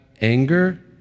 anger